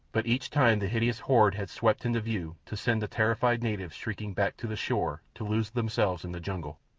but each time the hideous horde had swept into view to send the terrified natives shrieking back to the shore to lose themselves in the jungle.